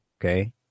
Okay